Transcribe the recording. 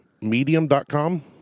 Medium.com